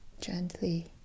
gently